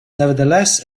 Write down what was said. nevertheless